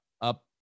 up